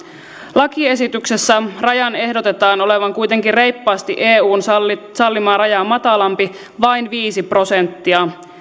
lakiesityksessä rajan ehdotetaan olevan kuitenkin reippaasti eun sallimaa sallimaa rajaa matalampi vain viisi prosenttia